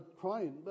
crying